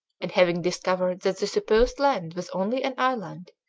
and, having discovered that the supposed land was only an island,